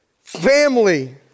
family